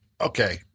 okay